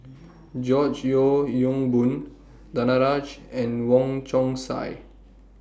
George Yeo Yong Boon Danaraj and Wong Chong Sai